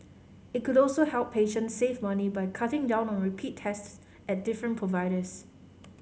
it could also help patients save money by cutting down on repeat tests at different providers